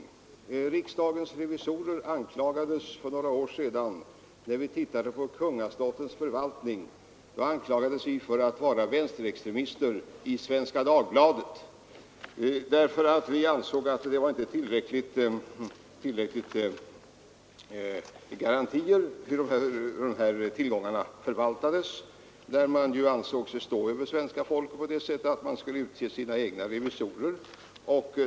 När riksdagens revisorer för några år sedan hade anledning att se över de kungliga slottens förvaltning anklagades revisorerna i Svenska Dagbladet för att vara vänsterextremister. Vi ansåg då att det fanns många skäl att belysa hur tillgångarna förvaltades. De som förvaltade tillgångarna ansåg sig stå över svenska folket på det sättet att man ville utse sina egna revisorer.